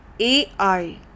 AI